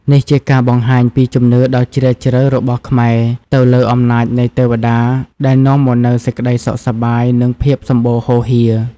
នេះជាការបង្ហាញពីជំនឿដ៏ជ្រាលជ្រៅរបស់ខ្មែរទៅលើអំណាចនៃទេវតា ដែលនាំមកនូវសេចក្តីសុខសប្បាយ និងភាពសម្បូរហូរហៀរ។